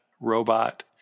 robot